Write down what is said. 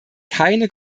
keine